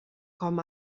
com